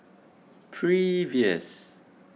previous